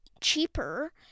cheaper